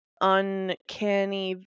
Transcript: uncanny